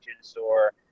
store